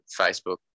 Facebook